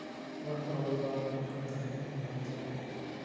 ᱚᱲᱟᱜ ᱠᱷᱚᱱ ᱚᱰᱳᱠ ᱵᱟᱭ ᱜᱟᱱᱚᱜ ᱠᱟᱱ ᱛᱟᱦᱮᱱᱟ ᱚᱱᱟᱛᱮ